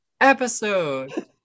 episode